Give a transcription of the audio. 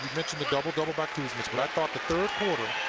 mentioned the double double by kuzmic, but i thought the third quarter,